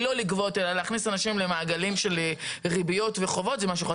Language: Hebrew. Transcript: של ריביות וחובות - זה משהו אחד,